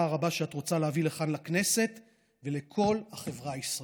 הרבה שאת רוצה להביא לכאן לכנסת ולכל החברה הישראלית.